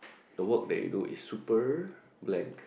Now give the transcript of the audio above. the work that you do is super blank